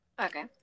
Okay